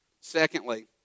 Secondly